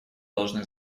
должны